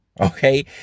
Okay